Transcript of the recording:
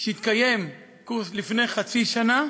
שהתקיים לפני חצי שנה,